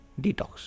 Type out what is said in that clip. detox